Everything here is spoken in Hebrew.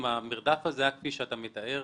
אם המרדף היה כפי שאתה מתאר,